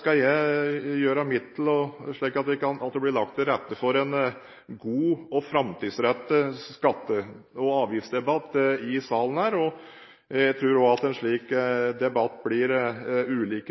skal gjøre mitt for at det blir lagt til rette for en god og framtidsrettet skatte- og avgiftsdebatt i denne salen, og jeg tror også at en slik debatt blir